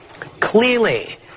Clearly